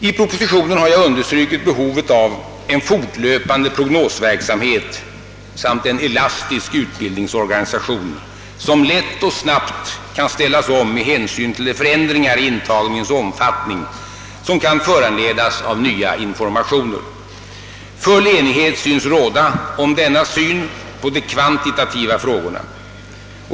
I propositionen har jag understrukit behovet av en fortlöpande prognosverksamhet samt en elastisk utbildningsorganisation, som lätt och snabbt kan ställas om med hänsyn till de förändringar i intagningens omfattning som kan föranledas av nya informationer. Full enighet tycks råda om denna syn på de kvantitativa frågorna.